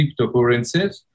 cryptocurrencies